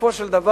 בסופו של דבר